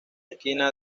esquina